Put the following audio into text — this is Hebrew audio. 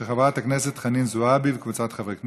של חברת הכנסת חנין זועבי וקבוצת חברי הכנסת.